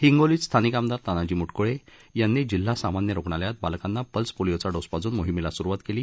हिंगोलीतही स्थानिक आमदार तानाजी मू कुळे यांनी जिल्हा सामान्य रुग्णालयात बालकांना पल्स पोलिओचा डोस पाजून मोहीमेला सुरुवात केली